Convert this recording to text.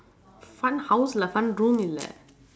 fun house lah fun room